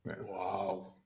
Wow